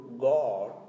God